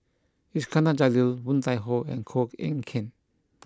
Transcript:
Iskandar Jalil Woon Tai Ho and Koh Eng Kian